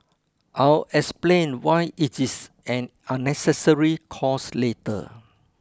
I'll explain why it is an unnecessary cost later